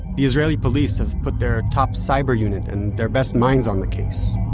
the israeli police have put their top cyber unit and their best minds on the case.